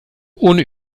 ohne